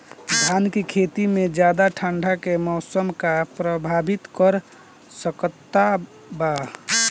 धान के खेती में ज्यादा ठंडा के मौसम का प्रभावित कर सकता बा?